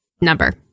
number